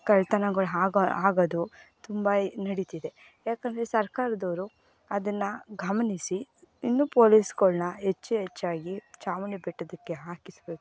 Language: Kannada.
ಕಳ್ತನಗಳು ಆಗೋ ಆಗೋದು ತುಂಬ ನಡೀತಿದೆ ಯಾಕಂದರೆ ಸರ್ಕಾರದವರು ಅದನ್ನು ಗಮನಿಸಿ ಇನ್ನೂ ಪೊಲೀಸುಗಳ್ನ ಹೆಚ್ಚು ಹೆಚ್ಚಾಗಿ ಚಾಮುಂಡಿ ಬೆಟ್ಟಕ್ಕೆ ಹಾಕಿಸಬೇಕು